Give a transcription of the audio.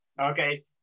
Okay